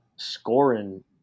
scoring